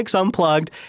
unplugged